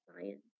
science